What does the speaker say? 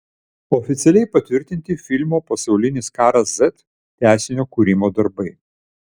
oficialiai patvirtinti filmo pasaulinis karas z tęsinio kūrimo darbai